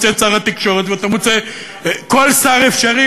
את שר התקשורת ואתה מוצא כל שר אפשרי,